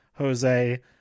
Jose